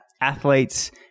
athletes